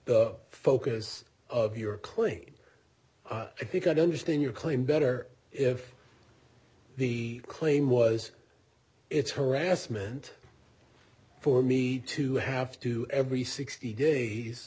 the focus of your claim i think i'd understand your claim better if the claim was it's harassment for me to have to every sixty days